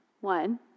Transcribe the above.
One